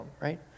right